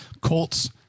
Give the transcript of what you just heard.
Colts